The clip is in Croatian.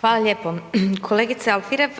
Hvala lijepo. Kolegice Alfirev